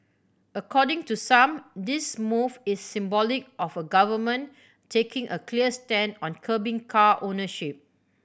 according to some this move is symbolic of a government taking a clear stand on curbing car ownership